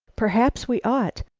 perhaps we ought.